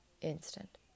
instant